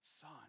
son